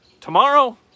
Tomorrow